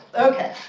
ok,